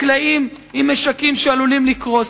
חקלאים עם משקים שעלולים לקרוס.